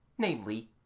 namely,